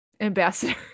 ambassador